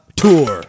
tour